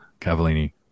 Cavallini